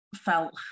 felt